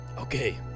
Okay